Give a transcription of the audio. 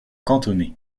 cantonais